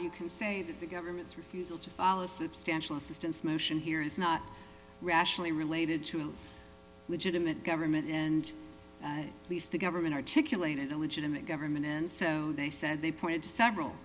you can say that the government's refusal to follow substantial assistance mission here is not rationally related to a legitimate government and least the government articulated a legitimate government and so they said they pointed to several